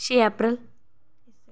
छे अप्रैल